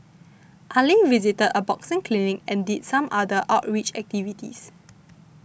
Ali visited a boxing clinic and did some other outreach activities